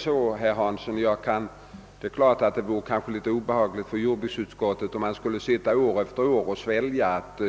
Så är det emellertid inte. Det kanske vore litet obehagligt för jordbruksutskottet om det år efter år skulle tvingas acceptera att